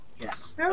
Yes